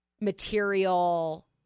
material